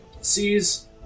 sees